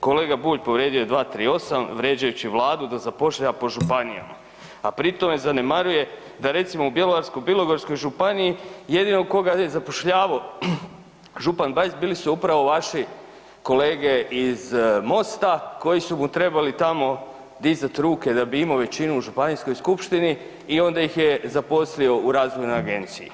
Kolega Bulj povrijedio je 238., vrijeđajući Vladu da zapošljava po županijama a pritom zanemaruje da recimo u Bjelovarsko-bilogorskoj županiji jedino koga je župan Bajs bili su upravo vaši kolege iz Mosta koji su mu trebali tamo dizat ruke da bi imao većinu u županijskoj skupštini i onda ih je zaposlio u razvojnoj agenciji.